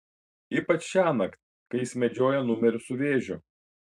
ypač šiąnakt kai jis medžioja numerius su vėžiu